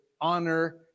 honor